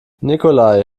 nikolai